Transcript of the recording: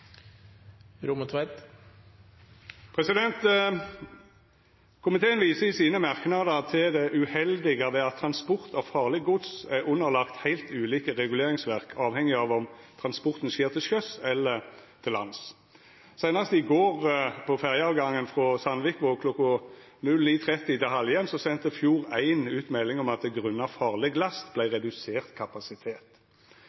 replikkordskifte. Komiteen viser i sine merknader til det uheldige ved at transport av farleg gods er underlagd heilt ulike reguleringsverk, avhengig av om transporten skjer til sjøs eller til lands. Seinast i går på ferjeavgangen frå Sandvikvåg kl. 09.30 til Halhjem sende Fjord1 ut melding om at